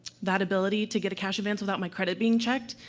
that ability to get a cash advance without my credit being checked,